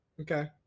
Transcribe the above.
Okay